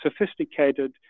sophisticated